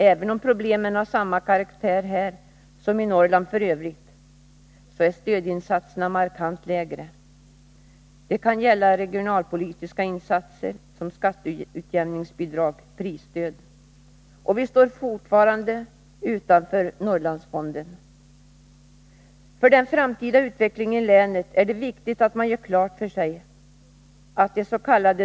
Även om problemen har samma karaktär här som i Norrland i övrigt, så är stödinsatserna markant lägre. Det kan gälla regionalpolitiska insatser som skatteutjämningsbidrag och prisstöd. Och vi står fortfarande utanför Norrlandsfonden. För den framtida utvecklingen i länet är det viktigt att man gör klart för sig attdes.k.